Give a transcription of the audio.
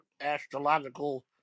astrological